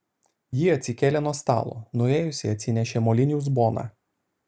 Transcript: ji atsikėlė nuo stalo nuėjusi atsinešė molinį uzboną